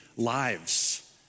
Lives